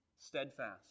steadfast